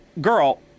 girl